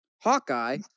Hawkeye